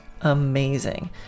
amazing